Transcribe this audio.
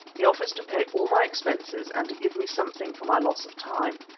he offers to pay all my expenses and to give me something for my loss of time.